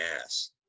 ass